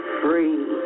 free